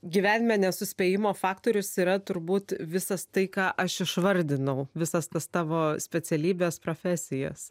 gyvenime nesuspėjimo faktorius yra turbūt visas tai ką aš išvardinau visas tas tavo specialybes profesijas